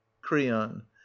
creon